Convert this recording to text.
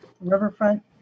riverfront